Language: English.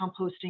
composting